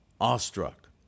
awestruck